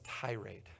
tirade